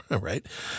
right